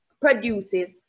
produces